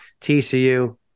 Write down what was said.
TCU